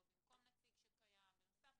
לא במקום נציג שקיים או בנוסף.